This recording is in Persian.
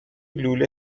لوله